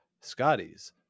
Scotty's